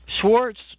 Schwartz